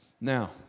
Now